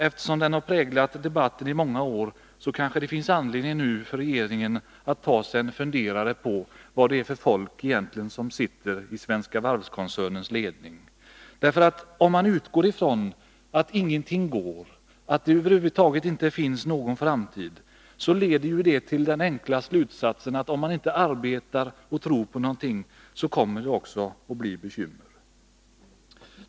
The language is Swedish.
Eftersom den har präglat debatten i många år kanske det finns anledning för regeringen att ta sig en funderare på vad det egentligen är för folk som sitter i koncernledningen för Svenska Varv. Om man utgår från att ingenting går, att det över huvud taget inte finns någon framtid, kan man heller inte arbeta för det, och då blir det bekymmer.